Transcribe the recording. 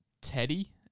Teddy